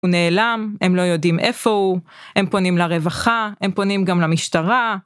הוא נעלם הם לא יודעים איפה הוא הם פונים לרווחה הם פונים גם למשטרה.